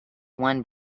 one